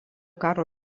karo